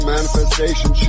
Manifestation